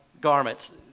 garments